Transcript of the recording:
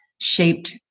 shaped